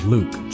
Luke